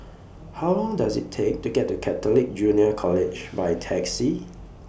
How Long Does IT Take to get to Catholic Junior College By Taxi